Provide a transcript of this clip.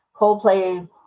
Coldplay